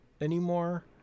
anymore